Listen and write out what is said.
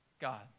God